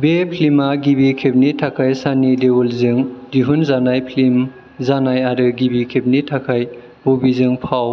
बे फिल्मआ गिबि खेबनि थाखाय सनी देओलजों दिहनजानाय फिल्म जानाय आरो गिबि खेबनि थाखाय बबीजों फाव